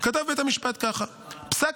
כתב בית